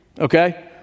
okay